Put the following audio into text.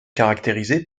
caractérisé